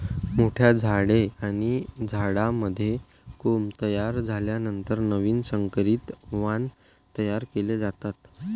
मोठ्या झाडे आणि झाडांमध्ये कोंब तयार झाल्यानंतर नवीन संकरित वाण तयार केले जातात